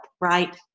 right